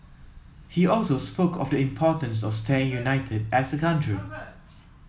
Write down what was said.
he also spoke of the importance of staying united as a country